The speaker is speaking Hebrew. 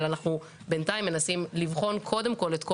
אבל בינתיים אנחנו מנסים לבחון קודם כול את כל